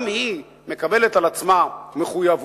גם היא מקבלת על עצמה מחויבויות,